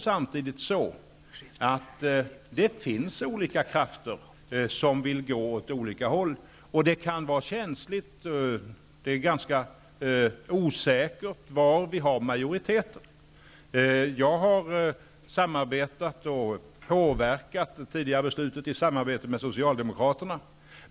Samtidigt finns det olika krafter som vill gå åt olika håll, vilket kan vara känsligt. Det är ganska osäkert var majoriteten finns. Jag har påverkat det tidigare beslutet i samarbete med Socialdemokraterna.